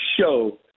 show